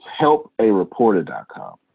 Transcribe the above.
helpareporter.com